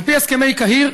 על פי הסכמי קהיר,